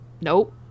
Nope